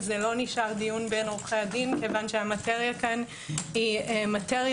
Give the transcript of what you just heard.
זה לא נשאר דיון בין עורכי דין כי המטריה כאן היא מאוד